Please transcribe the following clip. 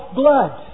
blood